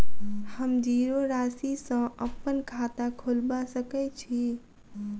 हम जीरो राशि सँ अप्पन खाता खोलबा सकै छी?